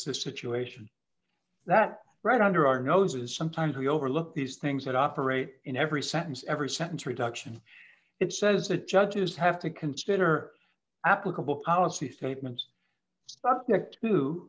situation that right under our noses sometimes we overlook these things that operate in every sentence every sentence reduction it says that judges have to consider applicable policy statements